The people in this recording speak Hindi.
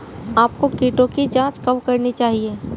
आपको कीटों की जांच कब करनी चाहिए?